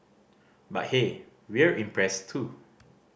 but hey we're impressed too